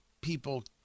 people